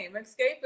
Escape